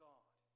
God